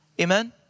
Amen